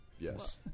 Yes